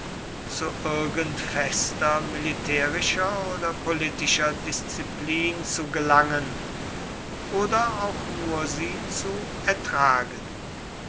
zu irgend fester militärischer oder politischer disziplin zu gelangen oder auch nur sie zu ertragen